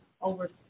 over